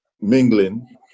mingling